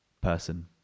person